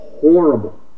horrible